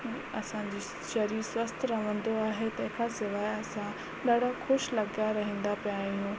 असां जी शरीर स्वस्थ रहंदो आहे त असां ॾाढा ख़ुशि लॻंदा रहंदा पिया आहियूं